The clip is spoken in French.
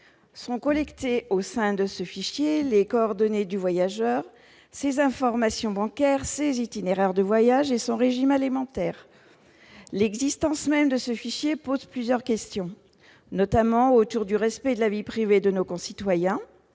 Sont collectés au sein de ce fichier les coordonnées du voyageur, ses informations bancaires, ses itinéraires de voyage et son régime alimentaire. L'existence même de ce fichier pose plusieurs questions, notamment au sujet du respect de la vie privée de nos concitoyens.